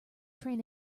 train